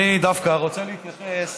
אני דווקא רוצה להתייחס